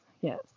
Yes